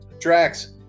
Drax